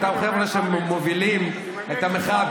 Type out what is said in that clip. אותם חבר'ה שמובילים את המחאה,